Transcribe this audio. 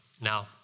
Now